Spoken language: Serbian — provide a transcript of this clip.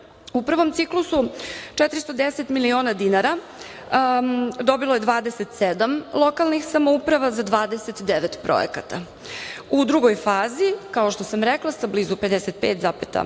u prvom ciklusu 410 miliona dinara dobilo je 27 lokalnih samouprava za 29 projekata. U drugoj fazi, kao što sam rekla, sa blizu 55,3